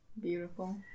Beautiful